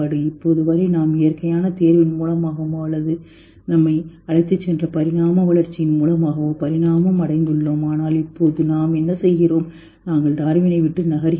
இப்போது வரை நாம் இயற்கையான தேர்வின் மூலமாகவோ அல்லது நம்மை அழைத்துச் சென்ற பரிணாம வளர்ச்சியின் மூலமாகவோ பரிணாமம் அடைந்துள்ளோம் ஆனால் இப்போது நாம் என்ன செய்கிறோம் நாங்கள் டார்வினை விட்டு நகர்கிறோம்